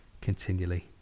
continually